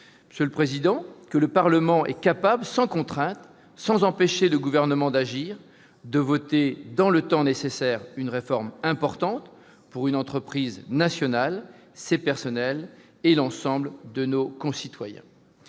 grandeur nature : le Parlement est capable, sans contrainte, sans empêcher le Gouvernement d'agir, de voter dans les temps requis une réforme importante pour une entreprise nationale, son personnel et l'ensemble de nos concitoyens.